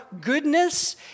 goodness